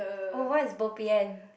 oh what is bo pian